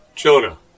Jonah